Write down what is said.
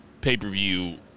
pay-per-view